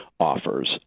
offers